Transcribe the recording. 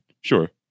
sure